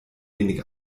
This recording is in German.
wenig